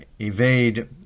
evade